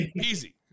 easy